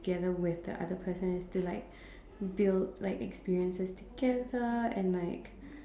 together with the other person is to like build like experiences together and like